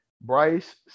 Bryce